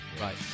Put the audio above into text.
Right